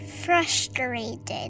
frustrated